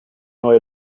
neue